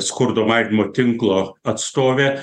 skurdo mažinimo tinklo atstovė